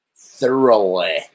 thoroughly